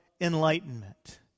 enlightenment